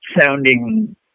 sounding